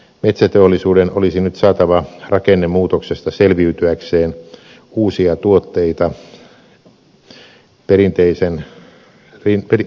metsäteollisuuden olisi nyt saatava rakennemuutoksesta selviytyäkseen uusia tuotteita perinteisten rinnalle